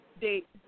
date